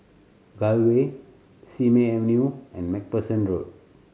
Gul Way Simei Avenue and Macpherson Road